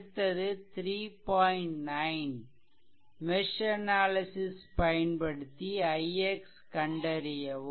9 mesh analysis பயன்படுத்தி ix கண்டறியவும்